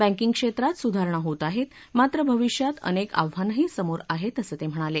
banking क्षेत्रात सुधारणा होत आहेत मात्र भविष्यात अनेक आव्हानंही समोर आहेत असं ते म्हणाले